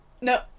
no